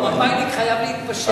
לא, מפא"יניק חייב להתפשר.